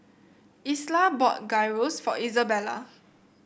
Isla bought Gyros for Izabella